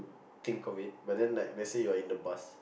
think of it but then like let's say you're in the bus